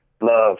love